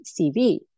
CV